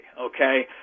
okay